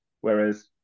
Whereas